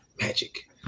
magic